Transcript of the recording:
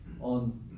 on